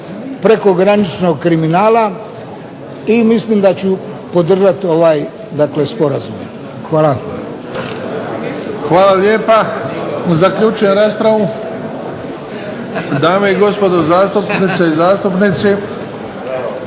prekograničnog kriminala i mislim da ću podržati ovaj dakle Sporazum. Hvala. **Bebić, Luka (HDZ)** Hvala lijepa. Zaključujem raspravu. Dame i gospodo zastupnice i zastupnici